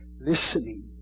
listening